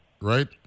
right